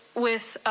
with